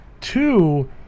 Two